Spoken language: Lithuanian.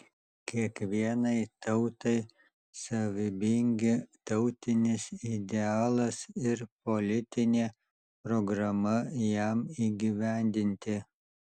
kiekvienai tautai savybingi tautinis idealas ir politinė programa jam įgyvendinti